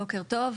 בוקר טוב,